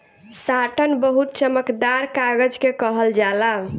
satin बहुत चमकदार कागज के कहल जाला